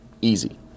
Easy